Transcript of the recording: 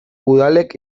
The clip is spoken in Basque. udalek